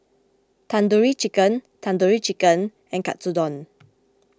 Tandoori Chicken Tandoori Chicken and Katsudon